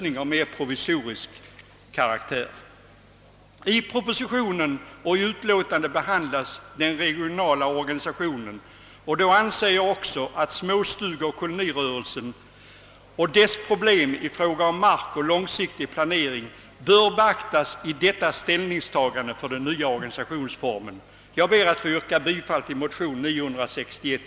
I propositionen och utlåtandet behandlas den regionala organisationen, och jag anser därför också att småstugeoch kolonirörelsen och dess problem i fråga om mark och långsiktig planering borde beaktas vid ställningstagande till den nya organisationsformen. Herr talman! Jag ber att få yrka bifall till motion II: 961.